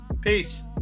Peace